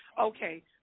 Okay